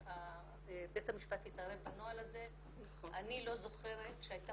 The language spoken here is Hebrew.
בית המשפט התערב בנוהל הזה, אני לא זוכרת שהייתה